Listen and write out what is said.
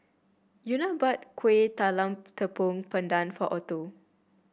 Euna bought Kuih Talam Tepong Pandan for Otho